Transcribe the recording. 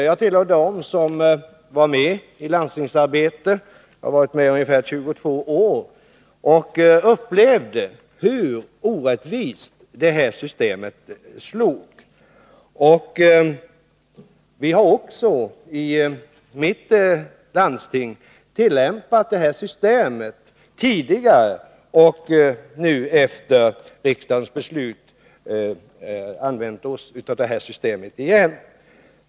Jag tillhör dem som i landstingsarbetet — där jag har varit verksam i ungefär 22 år — upplevde hur orättvist dessa avgifter slog. Vi har i mitt landsting tidigare tillämpat systemet med differentierade vårdavgifter, och efter riksdagens beslut har vi igen använt oss av detta system.